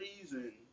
reason